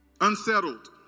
unsettled